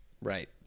Right